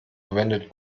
verwendet